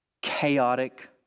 chaotic